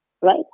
right